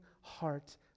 heart